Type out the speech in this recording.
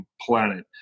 planet